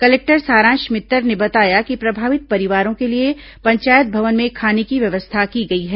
collector Saransh Mittar ने बताया कि प्रभावित परिवारों के लिए पंचायत भवन में खाने की व्यवस्था की गई है